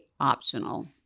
optional